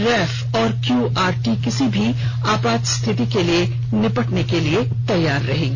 रैफ और क्यूआरटी किसी भी आपात स्थिति से निपटने के लिए तैयार रहेगी